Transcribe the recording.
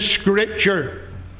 scripture